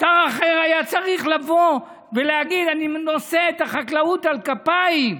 שר אחר היה צריך לבוא ולהגיד: אני נושא את החקלאות על כפיים.